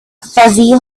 fuzzy